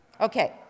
Okay